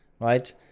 right